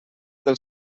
del